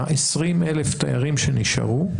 20,000 תיירים שנשארו,